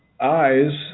eyes